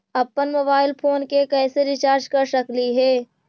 अप्पन mobile phone के कैसे रिचार्ज कर सकली हे?